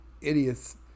idiots